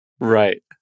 Right